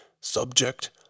subject